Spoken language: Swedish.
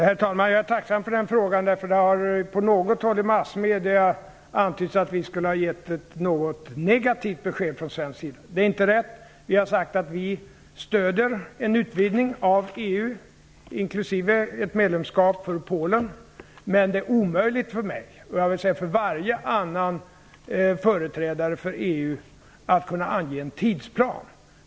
Herr talman! Jag är tacksam för den frågan, därför att det på något håll i massmedierna har antytts att vi skulle ha gett ett något negativt besked från svensk sida. Det är inte riktigt. Vi har sagt att vi stöder en utvidgning av EU, inklusive ett medlemskap för Polen. Men det är omöjligt för mig, och jag vill säga för varje annan företrädare för EU, att ange en tidsplan.